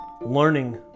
learning